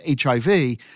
HIV